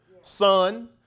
Son